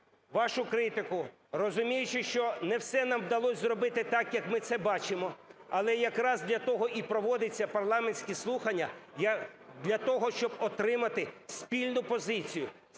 вашу критику, розуміючи, що не все нам вдалося зробити так, як ми це бачимо. Але якраз для того і проводяться парламентські слухання, для того, щоб отримати спільну позицію,